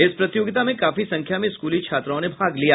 इस प्रतियोगिता में काफी संख्या में स्कूली छात्राओं ने भाग लिया